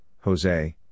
Jose